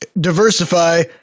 diversify